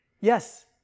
Yes